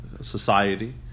society